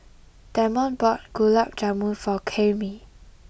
Damon bought Gulab Jamun for Karyme